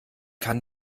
kann